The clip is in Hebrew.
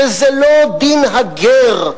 שזה לא דין הגר,